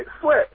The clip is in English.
sweat